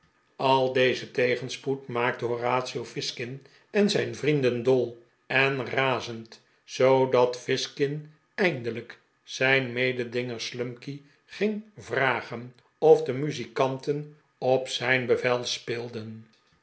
al deze tegenspoed maakte horatio fizkin en zijn vrienden dol en razend zoodat fizkin eindelijk zijn mededinger slumkey ging vragen of de muzikanten op zijn bevel speelden